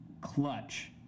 clutch